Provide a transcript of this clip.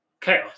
chaos